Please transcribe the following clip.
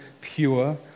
pure